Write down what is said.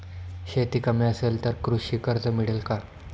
शेती कमी असेल तर कृषी कर्ज मिळेल का?